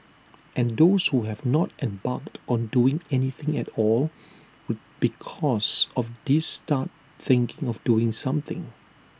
and those who have not embarked on doing anything at all would because of this start thinking of doing something